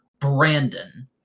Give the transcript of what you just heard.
Brandon